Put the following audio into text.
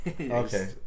Okay